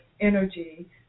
energy